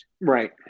right